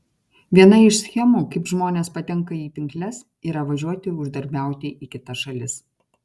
viena iš schemų kaip žmonės patenka į pinkles yra važiuoti uždarbiauti į kitas šalis